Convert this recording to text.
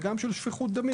וגם של שפיכות דמים.